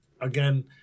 again